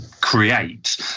create